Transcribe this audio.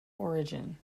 origin